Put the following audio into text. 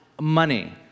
money